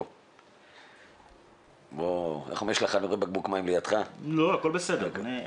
בוא --- הכל בסדר,